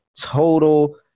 total